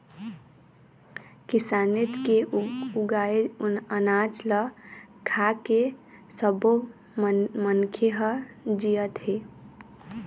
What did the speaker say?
किसानेच के उगाए अनाज ल खाके सब्बो मनखे ह जियत हे